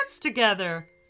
together